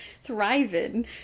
thriving